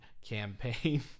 campaign